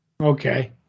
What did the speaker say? Okay